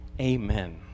Amen